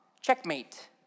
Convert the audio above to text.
Checkmate